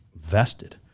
vested